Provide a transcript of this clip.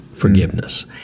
forgiveness